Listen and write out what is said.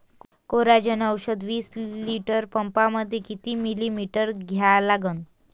Coragen औषध विस litre पंपामंदी किती मिलीमिटर घ्या लागन?